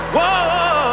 Whoa